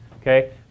okay